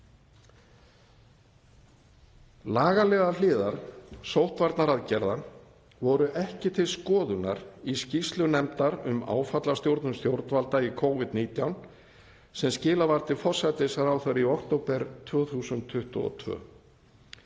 Lagalegar hliðar sóttvarnaaðgerða voru ekki til skoðunar í skýrslu nefndar um áfallastjórnun stjórnvalda í Covid-19 sem skilað var til forsætisráðherra í október 2022.